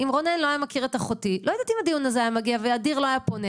אם רונן לא היה מכיר את אחותי ואדיר לא היה פונה,